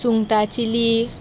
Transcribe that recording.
सुंगटा चिली